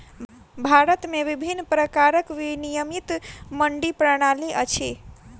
भारत में विभिन्न प्रकारक विनियमित मंडी प्रणाली अछि